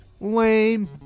Lame